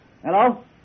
Hello